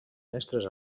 mestres